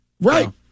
Right